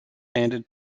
handed